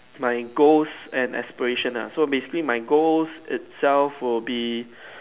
my goals and aspirations ah so basically my goals itself will be